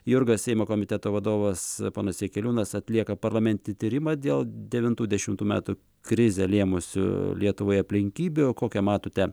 jurga seimo komiteto vadovas ponas jakeliūnas atlieka parlamentinį tyrimą dėl devintų dešimtų metų krizę lėmusių lietuvai aplinkybių kokią matote